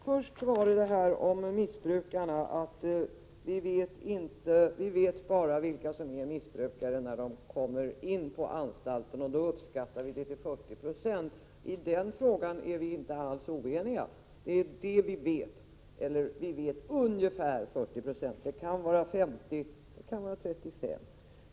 Fru talman! Först om missbrukarna. Vi vet bara vilka som är missbrukare när de kommer in på anstalten, och då uppskattar vi andelen till 40 96. I den frågan är vi inte alls oeniga. Vi vet att ungefär 40 960 är missbrukare — det kan vara 50 eller 35 96.